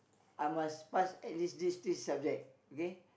I must pass at least these three subject okay